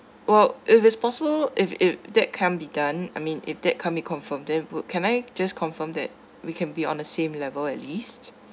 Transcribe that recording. well if it's possible if if that can't be done I mean if that can't be confirmed then would can I just confirm that we can be on the same level at least